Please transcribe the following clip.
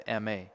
MA